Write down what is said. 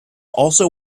also